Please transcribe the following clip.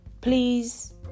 please